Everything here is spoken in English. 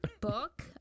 book